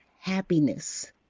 happiness